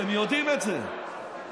אתם יודעים את זה,